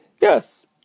Yes